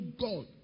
God